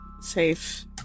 safe